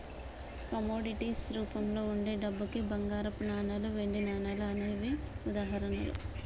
commodities రూపంలో వుండే డబ్బుకి బంగారపు నాణాలు, వెండి నాణాలు అనేవే ఉదాహరణలు